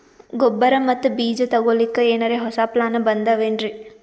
ಗೊಬ್ಬರ ಮತ್ತ ಬೀಜ ತೊಗೊಲಿಕ್ಕ ಎನರೆ ಹೊಸಾ ಪ್ಲಾನ ಬಂದಾವೆನ್ರಿ?